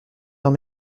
dans